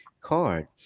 card